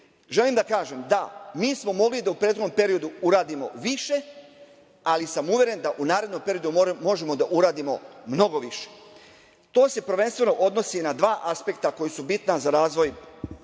da kažem da smo mi mogli u prethodnom periodu da uradimo više, ali sam uveren da u narednom periodu možemo da uradimo mnogo više. To se prvenstveno odnosi na dva aspekta koji su bitna za razvoj